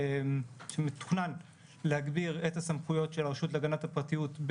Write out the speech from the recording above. שמתוכנן להגדיר את הסמכויות של הרשות להגנת הפרטיות,